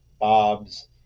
bobs